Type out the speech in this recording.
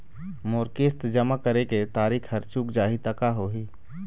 मोर किस्त जमा करे के तारीक हर चूक जाही ता का होही?